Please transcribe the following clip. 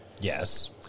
Yes